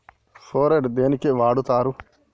Phorate దేనికి వాడుతరు?